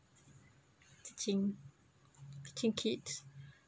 teaching teaching kids